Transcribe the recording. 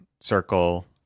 circle